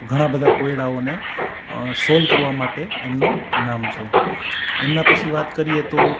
ઘણા બધા કોયડાઓને સોલ કરવા માટે એમનું નામ છે એમના પછી વાત કરીએ તો